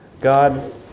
God